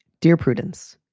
dear prudence.